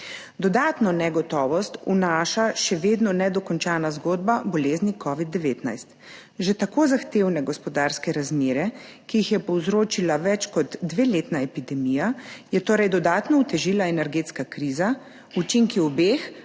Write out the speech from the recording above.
Dodatno negotovost vnaša še vedno nedokončana zgodba bolezni covid-19. Že tako zahtevne gospodarske razmere, ki jih je povzročila več kot dveletna epidemija, je torej dodatno otežila energetska kriza, učinki obeh